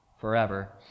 forever